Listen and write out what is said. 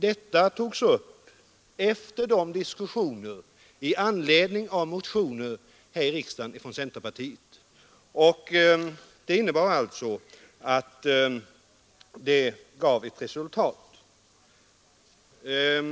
Saken togs upp efter de diskussioner som uppkommit här i riksdagen i anledning av motioner från centerpartiet. De gav alltså ett resultat.